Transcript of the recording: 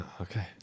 Okay